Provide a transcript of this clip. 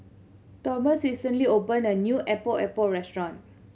Tomas recently opened a new Epok Epok restaurant